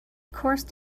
coarse